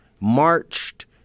marched